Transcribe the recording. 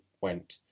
went